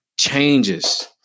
changes